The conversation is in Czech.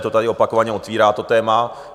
SPD tady opakovaně otvírá to téma.